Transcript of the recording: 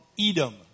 Edom